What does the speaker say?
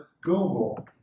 google